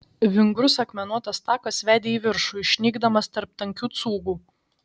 vingrus akmenuotas takas vedė į viršų išnykdamas tarp tankių cūgų